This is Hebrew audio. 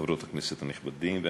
וחברות הכנסת הנכבדים והנכבדות,